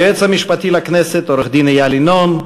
היועץ המשפטי לכנסת, עורך-דין איל ינון,